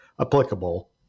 applicable